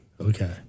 Okay